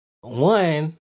one